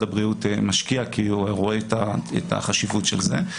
החינוך משקיע כי הוא רואה את החשיבות של זה,